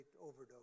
overdose